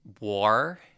war